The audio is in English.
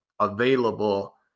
available